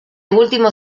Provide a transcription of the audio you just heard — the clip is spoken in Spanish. último